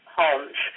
homes